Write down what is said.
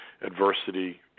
adversity